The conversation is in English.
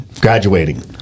graduating